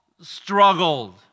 struggled